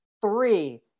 three –